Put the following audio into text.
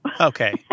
Okay